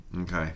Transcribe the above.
Okay